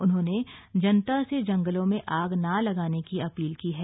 उन्होंने जनता से जंगलों में आग ना लगाने की अपील की है